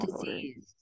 disease